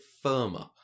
firmer